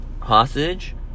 Hostage